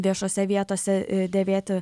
viešose vietose dėvėti